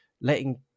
letting